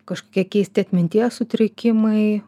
kažkokie keisti atminties sutrikimai